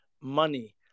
money